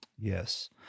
yes